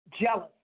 jealous